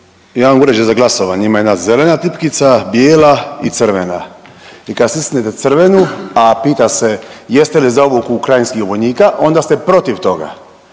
jedan uređaj za glasovanje, ima jedna zelena tipkica, bijela i crvena i kad stisnete crvenu, a pita se jeste li za obuku ukrajinskih vojnika onda ste protiv toga,